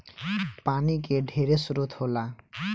पानी के ढेरे स्रोत होला